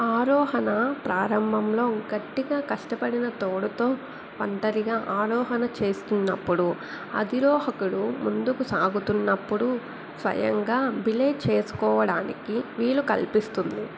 ఆరోహణ ప్రారంభంలో గట్టిగా కష్టపడిన తోడుతో ఒంటరిగా ఆరోహణ చేస్తున్నప్పుడు అధిరోహకుడు ముందుకు సాగుతున్నప్పుడు స్వయంగా బిలే చేసుకోవడానికి వీలు కల్పిస్తుంది